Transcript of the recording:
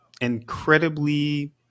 incredibly